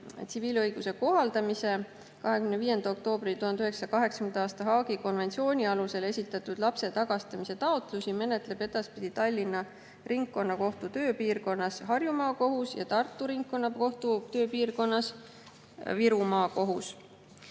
tsiviilõiguse kohaldamise 25. oktoobri 1980. aasta Haagi konventsiooni alusel esitatud lapse tagastamise taotlusi menetleb edaspidi Tallinna Ringkonnakohtu tööpiirkonnas Harju Maakohus ja Tartu Ringkonnakohtu tööpiirkonnas Viru Maakohus.